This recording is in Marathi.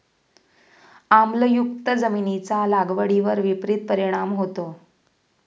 आम्लयुक्त जमिनीचा लागवडीवर विपरीत परिणाम होतो